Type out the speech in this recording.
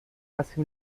hace